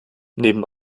neben